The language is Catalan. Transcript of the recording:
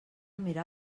mirar